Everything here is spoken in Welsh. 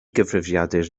gyfrifiadur